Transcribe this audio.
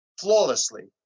flawlessly